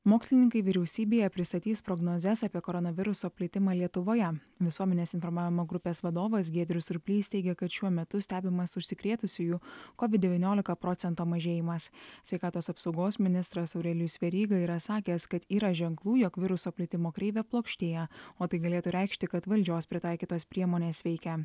mokslininkai vyriausybėje pristatys prognozes apie koronaviruso plitimą lietuvoje visuomenės informavimo grupės vadovas giedrius surplys teigia kad šiuo metu stebimas užsikrėtusiųjų covid devyniolika procento mažėjimas sveikatos apsaugos ministras aurelijus veryga yra sakęs kad yra ženklų jog viruso plitimo kreivė plokštėja o tai galėtų reikšti kad valdžios pritaikytos priemonės veikia